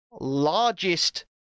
largest